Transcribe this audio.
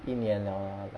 一年了 ah